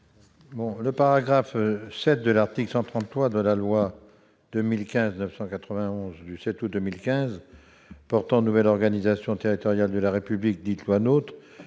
Le paragraphe VII de l'article 133 de la loi du 7 août 2015 portant nouvelle organisation territoriale de la République, dite loi NOTRe,